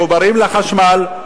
מחוברים לחשמל,